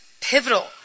pivotal